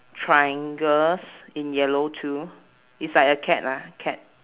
triangles in yellow too it's like a cat ah cat